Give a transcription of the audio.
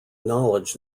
knowledge